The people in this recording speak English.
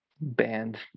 band